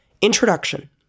Introduction